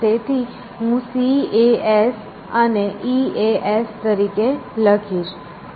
તેથી હું C A S અને E A S તરીકે લખીશ